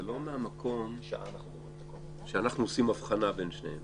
זה לא מהמקום שאנחנו עושים אבחנה בין שניהם.